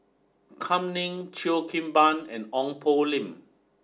Kam Ning Cheo Kim Ban and Ong Poh Lim